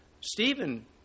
Stephen